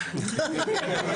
העבודה.